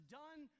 done